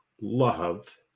love